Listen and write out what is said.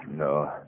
No